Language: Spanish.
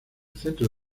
centro